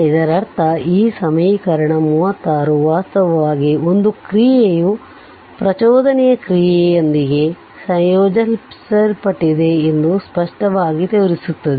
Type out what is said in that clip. ಇದರರ್ಥ ಈ ಸಮೀಕರಣ 36 ವಾಸ್ತವವಾಗಿ ಒಂದು ಕ್ರಿಯೆಯು ಪ್ರಚೋದನೆಯ ಕ್ರಿಯೆಯೊಂದಿಗೆ ಸಂಯೋಜಿಸಲ್ಪಟ್ಟಿದೆ ಎಂದು ಸ್ಪಷ್ಟವಾಗಿ ತೋರಿಸುತ್ತದೆ